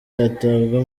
atabwa